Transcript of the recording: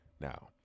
Now